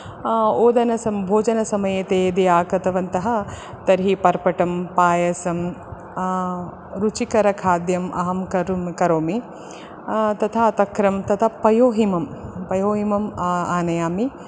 ओदनम् भोजनसमये ते यदि आगतवन्तः तर्हि पर्पटं पायसं रुचिकरखाद्यम् अहं करोमि करोमि तथा तक्रं तथा पयोहिमं पयोहिमम् आ आनयामि